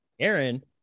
Aaron